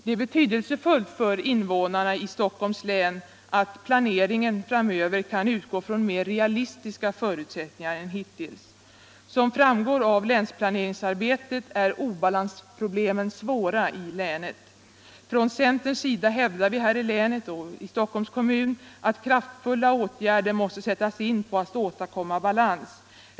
Det är betydelsefullt för invånarna i Stockholms län att planeringen framöver kan utgå från mer realistiska förutsättningar än hittills. Som framgår av länsplaneringsarbetet är obalansproblemen svåra i länet. Från centerns sida hävdar vi här i länet och i Stockholms kommun att kraftfulla åtgärder måste sättas in på att åstadkomma balans.